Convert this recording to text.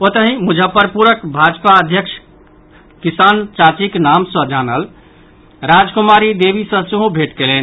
ओतहि मुजफ्फरपुरक भाजपा अध्यक्ष किसान चाचीक नाम सँ जानल राजकुमारी देवी सँ सेहो भेंट कयलनि